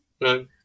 No